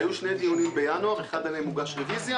היו שני דיונים בינואר, על אחד מהם הוגשה רביזיה.